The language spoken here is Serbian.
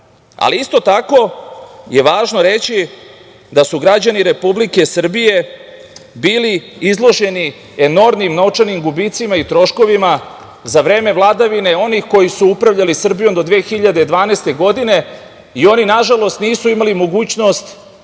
prava. Isto tako je važno reći da su građani Republike Srbije bili izloženi enormnim novčanim gubicima i troškovima za vreme vladavine onih koji su upravljali Srbijom do 2012. godine. Oni, nažalost, nisu imali mogućnost